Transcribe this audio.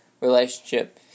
relationship